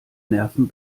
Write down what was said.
nerven